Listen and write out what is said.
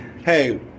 Hey